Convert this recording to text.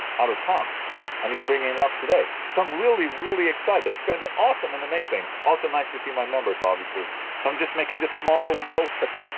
out of town and he's bringing it up today, so i'm really really excited it's gonna be awesome and amazing, also nice to see my members obviously so i'm just making this small little road trip